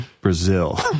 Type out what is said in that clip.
Brazil